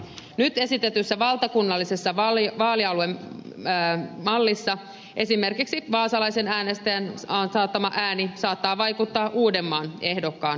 nyt esitetyssä valtakunnallisessa vaalialuemallissa esimerkiksi vaasalaisen äänestäjän antama ääni saattaa vaikuttaa uudenmaan ehdokkaan valintaan